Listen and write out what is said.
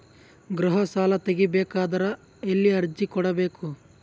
ಗೃಹ ಸಾಲಾ ತಗಿ ಬೇಕಾದರ ಎಲ್ಲಿ ಅರ್ಜಿ ಕೊಡಬೇಕು?